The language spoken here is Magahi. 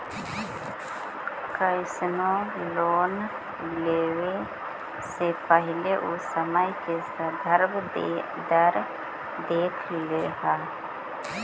कइसनो लोन लेवे से पहिले उ समय के संदर्भ दर देख लिहऽ